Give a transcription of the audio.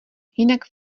jinak